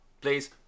please